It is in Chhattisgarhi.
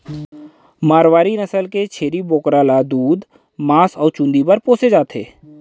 मारवारी नसल के छेरी बोकरा ल दूद, मांस अउ चूंदी बर पोसे जाथे